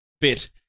bit